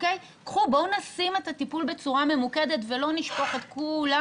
בואו נשים את הטיפול בצורה ממוקדת ולא נשפוך את כולם